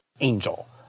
angel